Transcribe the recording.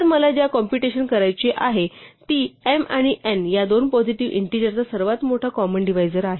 तर मला ज्या कॉम्पुटेशन करायची आहे ती m आणि n या दोन पॉजिटीव्ह इंटीजरचा सर्वात मोठा कॉमन डिव्हायजर आहे